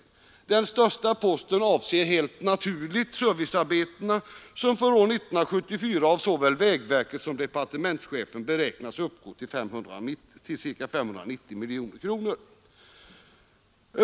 Den största posten avser helt naturligt servicearbetena, som för år 1974 av såväl vägverket som departementschefen beräknas uppgå till ca 590 miljoner kronor.